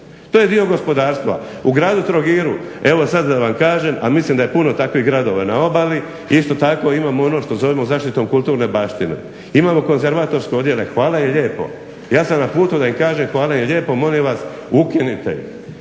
To je dio gospodarstva. U gradu Trogiru evo sad da vam kažem, ali mislim da je puno takvih gradova na obali, isto tako imamo ono što zovemo zaštitom kulturne baštine, imamo konzervatorske odjele, hvala im lijepo. Ja sam na putu da im kažem hvala im lijepo, molim vas ukinite ih.